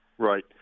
Right